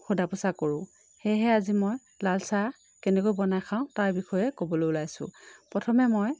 সোধা পোছা কৰোঁ সেয়েহে আজি মই লাল চাহ কেনেকৈ বনাই খাওঁ তাৰ বিষয়ে ক'বলৈ ওলাইছোঁ প্ৰথমে মই